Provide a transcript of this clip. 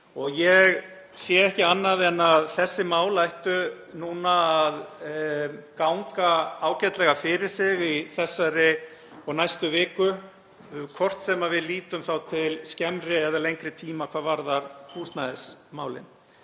ég sé ekki annað en að þessi mál ættu að ganga ágætlega fyrir sig í þessari viku og næstu, hvort sem við lítum þá til skemmri eða lengri tíma hvað varðar húsnæðismálin.